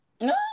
No